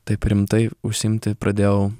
taip rimtai užsiimti pradėjau